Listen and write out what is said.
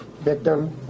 victim